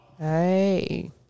Hey